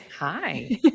Hi